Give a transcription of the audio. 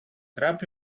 grab